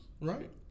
right